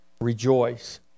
rejoice